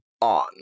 on